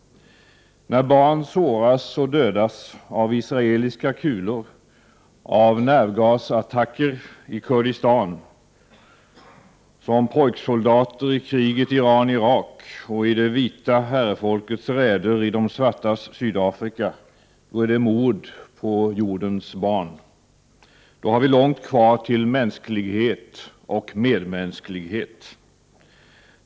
När barn såras och dödas av israeliska kulor, av nervgasattacker i Kurdistan, som pojksoldater i kriget Iran-Irak och i det vita herrefolkets räder i de svartas Sydafrika, är det mord på jordens barn. Då har vi långt kvar till mänsklighet och medmänsklighet.